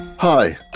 Hi